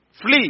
Flee